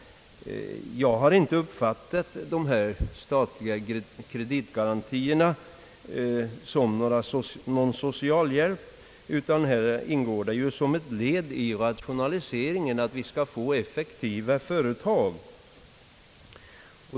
Jag har inte uppfattat dessa statliga kreditgarantier som någon socialhjälp, utan som ett led i rationaliseringen för att skapa effektiva företag.